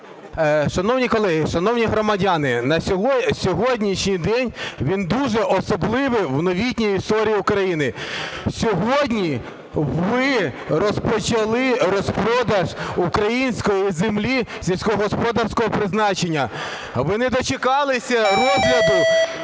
Шановні колеги, шановні громадяни, сьогоднішній день, він дуже особливий в новітній історії України. Сьогодні ви розпочали розпродаж української землі сільськогосподарського призначення. Ви не дочекалися розгляду